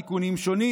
תזכיר חוק הכנסת (הוראות שונות),